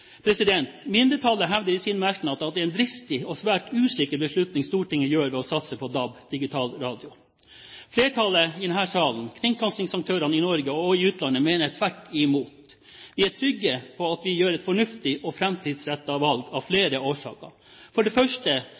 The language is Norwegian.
Mindretallet hevder i sin merknad at det er en dristig og svært usikker beslutning Stortinget gjør ved å satse på DAB-digitalradio. Flertallet i denne salen, kringkastingsaktørene i Norge og i utlandet mener tvert imot at vi er trygge på at vi gjør et fornuftig og framtidsrettet valg av flere årsaker: For det første